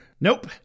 nope